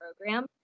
program